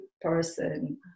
person